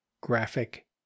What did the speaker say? graphic